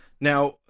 Now